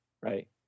Right